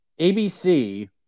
ABC